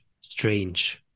strange